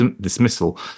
dismissal